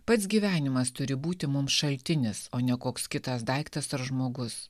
pats gyvenimas turi būti mums šaltinis o ne koks kitas daiktas ar žmogus